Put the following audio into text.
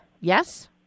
yes